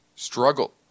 Struggle